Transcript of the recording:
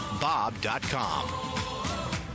Bob.com